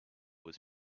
was